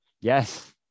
Yes